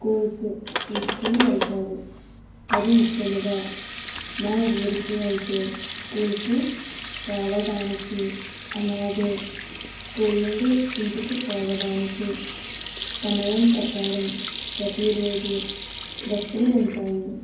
స్కూల్కి తీసుకుని వెళ్తారు మరి ముఖ్యంగా మా ఊరికి అయితే స్కూల్కి రావడానికి అలాగే స్కూల్ నుండి ఇంటికి పోవడానికి సమయం ప్రకారం ప్రతిరోజు బస్సులు ఉంటాయి